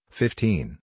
fifteen